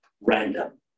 random